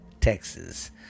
Texas